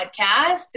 podcast